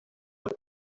vuba